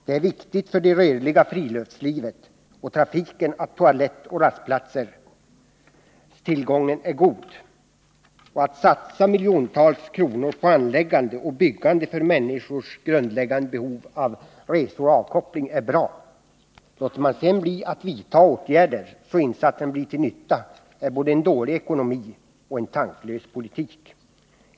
Det är viktigt för det rörliga friluftslivet och för trafiken att tillgången till toaletter och rastplatser är god. Att satsa miljontals kronor på anläggningar och byggnader för människors grundläggande behov av resor och avkoppling är bra. Men om man samtidigt låter bli att vidta åtgärder så att insatserna blir till nytta, vittnar det om både dålig ekonomi och tanklös politik.